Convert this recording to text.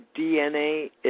DNA